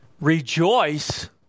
rejoice